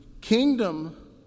kingdom